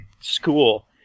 school